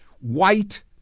white